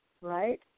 right